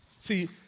See